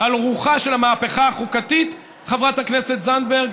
על רוחה של המהפכה החוקתית, חברת הכנסת זנדברג,